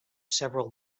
several